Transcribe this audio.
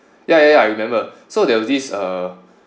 ya ya ya I remember so there was this uh